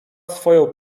swoją